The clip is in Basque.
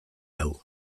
hau